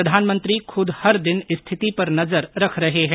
प्रधानमंत्री खुद हर दिन स्थिति पर नजर रख रहे हैं